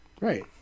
Right